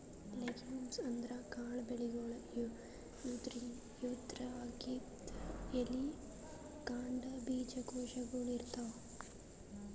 legumes ಅಂದ್ರ ಕಾಳ್ ಬೆಳಿಗೊಳ್, ಇವುದ್ರಾಗ್ಬಿ ಎಲಿ, ಕಾಂಡ, ಬೀಜಕೋಶಗೊಳ್ ಇರ್ತವ್